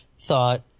thought